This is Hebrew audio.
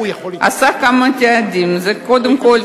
עשה כמה צעדים: קודם כול,